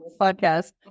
Podcast